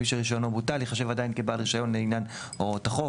מי שרישיונו בוטל ייחשב עדיין כבעל רישיון לעניין הוראות החוק,